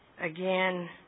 again